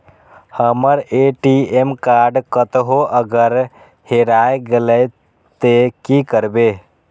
हमर ATM card कतहो अगर हेराय गले ते की करबे?